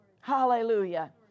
Hallelujah